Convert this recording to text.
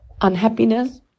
unhappiness